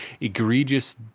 egregious